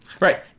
Right